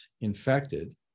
infected